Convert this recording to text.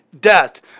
death